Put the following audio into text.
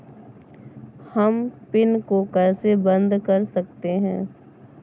हम पिन को कैसे बंद कर सकते हैं?